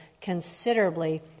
considerably